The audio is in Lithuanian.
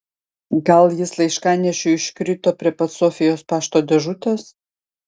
gal jis laiškanešiui iškrito prie pat sofijos pašto dėžutės